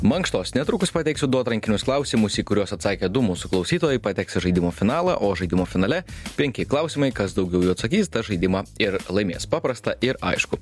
mankštos netrukus pateiksiu du atrankinius klausimus į kuriuos atsakę du mūsų klausytojai pateks į žaidimo finalą o žaidimo finale penki klausimai kas daugiau jų atsakys tas žaidimą ir laimės paprasta ir aišku